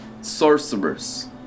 Sorcerers